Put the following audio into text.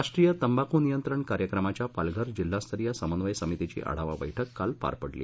राष्ट्रीय तंबाखू नियंत्रण कार्यक्रमाच्या पालघर जिल्हास्तरीय समन्वय समितीची आढावा बैठक काल पार पडली